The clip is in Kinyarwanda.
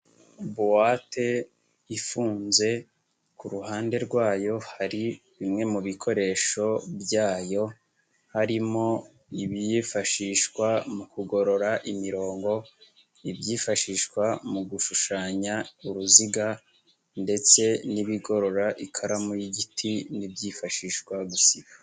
Buwate ifunze ku ruhande rwayo hari bimwe mu bikoresho byayo harimo ibifashishwa mu kugorora imirongo, ibyifashishwa mu gushushanya uruziga, ndetse n'ibigorora ikaramu y'igiti n'ibyifashishwa gusiba.